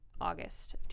August